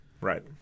Right